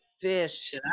fish